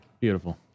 Beautiful